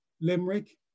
Limerick